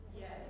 Yes